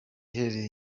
iherereye